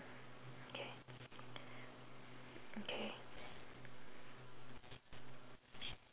okay okay